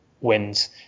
wins